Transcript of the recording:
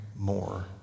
More